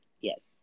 Yes